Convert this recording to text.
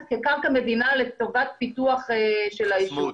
כקרקע מדינה לטובת פיתוח של היישוב -- חסמו אותנו.